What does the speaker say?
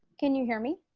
can you hear me?